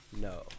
No